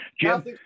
jim